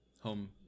Home